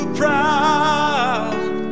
proud